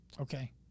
Okay